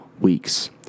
Weeks